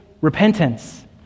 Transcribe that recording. repentance